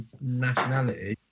nationality